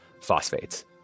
phosphates